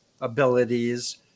abilities